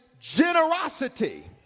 generosity